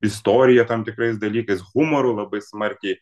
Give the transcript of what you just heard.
istorija tam tikrais dalykais humoru labai smarkiai